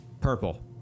Purple